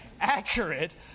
accurate